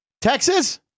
Texas